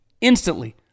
instantly